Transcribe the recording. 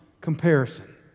comparison